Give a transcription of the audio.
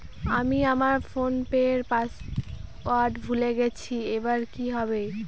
আমি আমার ফোনপের পাসওয়ার্ড ভুলে গেছি এবার কি হবে?